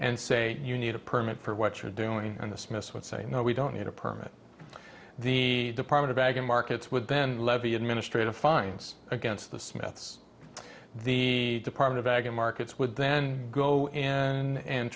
and say you need a permit for what you're doing and the smiths would say no we don't need a permit the department of ag and markets with then levy administrative fines against the smiths the department of ag and markets would then go